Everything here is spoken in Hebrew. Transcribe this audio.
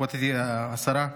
מכובדתי השרה.